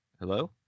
Hello